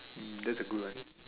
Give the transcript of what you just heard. that's a good one